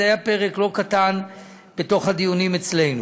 זה היה פרק לא קטן בתוך הדיונים אצלנו.